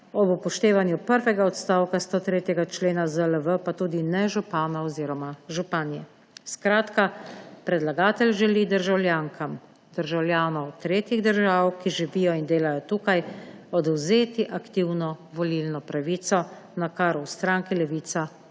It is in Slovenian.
ob upoštevanju prvega odstavka 103. člena ZLV pa tudi ne župana oziroma županje. Skratka, predlagatelj želi državljankam, državljanom tretjih držav, ki živijo in delajo tukaj, odvzeti aktivno volilno pravico, na kar v stranki Levica